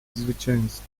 zwycięstwa